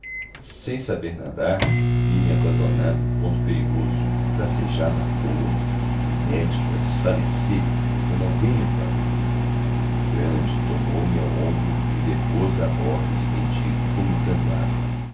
sem saber nadar vi-me abandonado em ponto perigoso e bracejava à toa imerso a desfalecer quando alguém me amparou um grande tomou-me ao ombro e me depôs à borda estendido vomitando água